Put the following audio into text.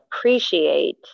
appreciate